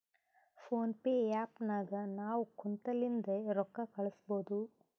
phone pay app ನಾಗ್ ನಾವ್ ಕುಂತಲ್ಲಿಂದೆ ರೊಕ್ಕಾ ಕಳುಸ್ಬೋದು